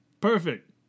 perfect